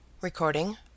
Recording